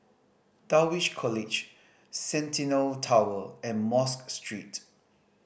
Dulwich College Centennial Tower and Mosque Street